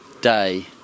day